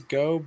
go